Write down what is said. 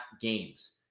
games